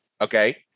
Okay